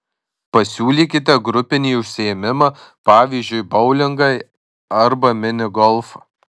pasiūlykite grupinį užsiėmimą pavyzdžiui boulingą arba mini golfą